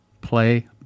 Play